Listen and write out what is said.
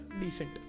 Decent